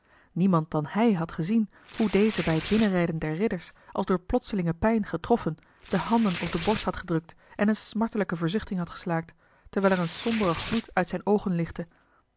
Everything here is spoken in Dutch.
niemand dan hij had gezien hoe deze bij het binnenrijden der ridders als door plotselinge pijn getroffen de handen op de borst had gedrukt en eene smartelijke verzuchting had geslaakt terwijl er een sombere gloed uit zijne oogen lichtte